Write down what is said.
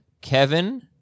Kevin